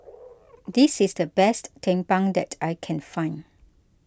this is the best Tumpeng that I can find